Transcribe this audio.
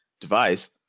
device